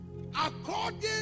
according